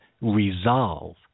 resolve